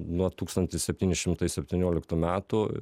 nuo tūkstantis septyni šimtai septynioliktų metų